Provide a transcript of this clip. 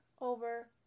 over